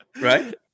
Right